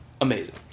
amazing